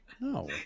No